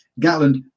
Gatland